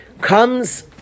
Comes